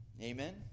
Amen